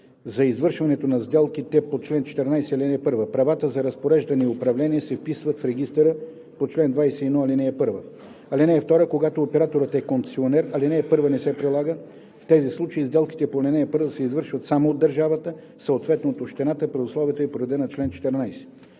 за извършването на сделките по чл. 14, ал. 1. Правата за разпореждане и управление се вписват в регистъра по чл. 21, ал. 1. (2) Когато операторът е концесионер, ал. 1 не се прилага. В тези случаи сделките по ал. 1 се извършват само от държавата, съответно от общината, при условията и по реда на чл. 14.“